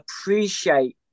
appreciate